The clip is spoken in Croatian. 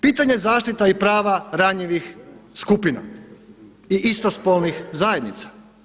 Pitanja zaštita i prava ranjivih skupina i istospolnih zajednica?